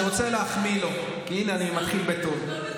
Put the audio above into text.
אני רוצה להחמיא לו, הינה, אני מתחיל בטוב.